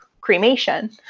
cremation